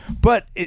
but-